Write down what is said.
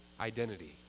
identity